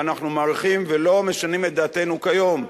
ואנחנו מעריכים ולא משנים את דעתנו כיום,